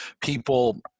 people